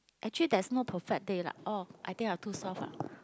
actually there's no perfect date lah oh I think I'm too soft ah